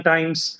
Times